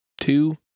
two